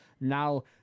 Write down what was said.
now